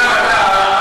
אתה,